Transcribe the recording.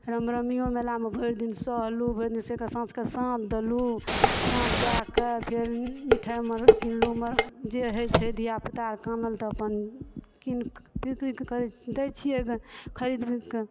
राम नवमियो मेलामे भरि दिन सहलहुँ सहि कऽ साँझ कऽ साँझ देलहुँ साँझ दए कऽ फेर मिठाइ मधुर किनलहुँ जे होइ छै धियापुता कानल तऽ अपन किन कऽ दै छियै खरीद कऽ